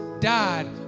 died